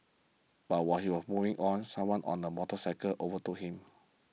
but while he was moving on someone on a motorcycle overtook him